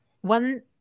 One